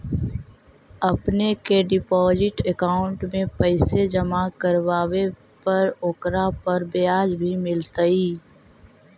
अपने के deposit account में पैसे जमा करवावे पर ओकरा पर ब्याज भी मिलतई